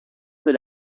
del